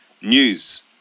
news